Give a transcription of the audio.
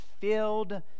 filled